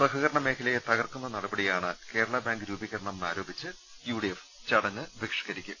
സഹകരണ മേഖലയെ തകർക്കുന്ന നടപടി യാണ് കേരള ബാങ്ക് രൂപീകരണമെന്ന് ആരോപിച്ച് യു ഡി എഫ് ചടങ്ങ് ബഹിഷ്കരിക്കും